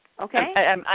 Okay